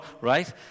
right